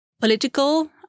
political